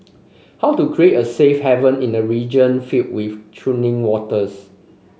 how to create a safe haven in a region filled with churning waters